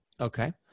Okay